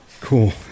cool